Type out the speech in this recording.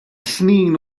snin